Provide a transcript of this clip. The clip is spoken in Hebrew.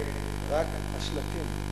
רק השלטים,